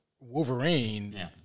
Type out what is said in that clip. Wolverine